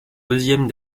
deuxièmes